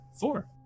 Four